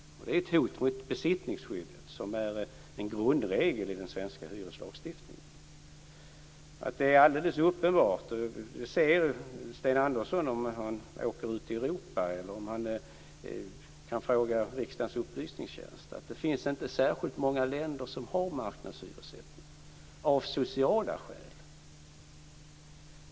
Det är ett hot mot besittningsskyddet, som är en grundregel i den svenska hyreslagstiftningen. Om Sten Andersson åker ut i Europa eller frågar riksdagens utredningstjänst ser han att det inte finns särskilt många länder som har marknadshyressättning, och det av sociala skäl.